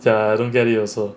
ya I don't get it also